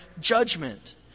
judgment